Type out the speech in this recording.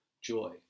joy